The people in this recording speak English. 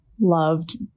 loved